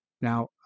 now